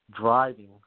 driving